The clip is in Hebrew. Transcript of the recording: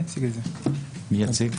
אלעזר, מי יציג?